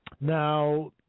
Now